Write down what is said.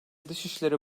dışişleri